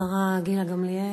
השרה גילה גמליאל,